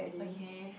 okay